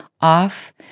off